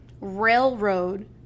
railroad